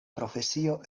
profesio